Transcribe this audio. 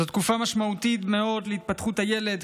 זו תקופה משמעותית מאוד להתפתחות הילד,